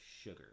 sugar